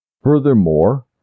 Furthermore